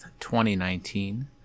2019